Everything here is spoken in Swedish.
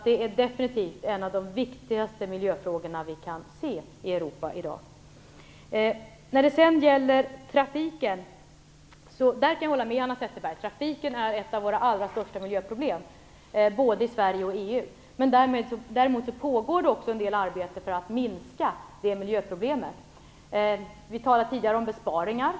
Det är definitivt en av de viktigaste miljöfrågorna i Europa i dag, som vi kan se detta. Jag kan hålla med Hanna Zetterberg om att trafiken är ett av de allra största miljöproblemen. Det gäller både i Sverige och i EU. Däremot pågår en del arbete för att minska det miljöproblemet. Vi talade tidigare om besparingar.